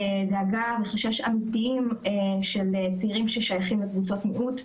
דאגה וחשש אמיתיים של צעירים ששייכים לקבוצות מיעוט,